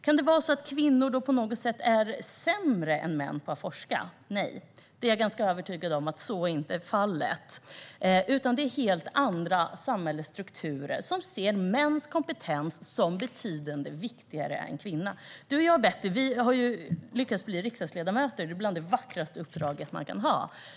Kan det vara så att kvinnor på något sätt är sämre än män på att forska? Nej! Jag är övertygad om att så inte är fallet. Det är helt andra samhällsstrukturer som ser mäns kompetens som betydligt viktigare än kvinnors. Betty Malmberg och jag har lyckats bli riksdagsledamöter. Det är det vackraste uppdraget man kan ha.